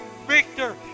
victor